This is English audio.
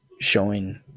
showing